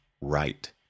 right